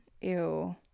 Ew